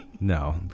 No